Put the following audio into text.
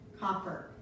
copper